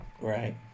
right